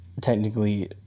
technically